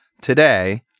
today